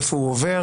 איפה הוא עובר?